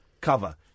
cover